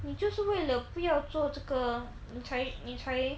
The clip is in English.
你就是为了不要做这个你才你才